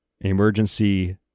emergency